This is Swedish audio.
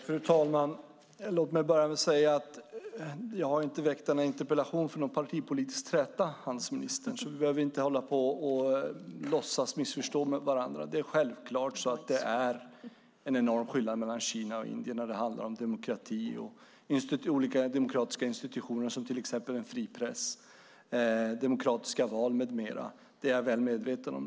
Fru talman! Låt mig börja med att säga till handelsministern att jag inte har väckt denna interpellation för någon partipolitisk träta. Vi behöver därför inte låtsas missförstå varandra. Det är självklart en enorm skillnad mellan Kina och Indien när det handlar om demokrati och olika demokratiska institutioner, till exempel en fri press, demokratiska val med mera. Det är jag väl medveten om.